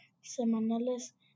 semanales